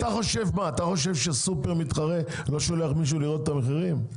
אתה חושב שסופר מתחרה לא שולח מישהו לראות את המחירים?